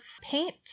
paint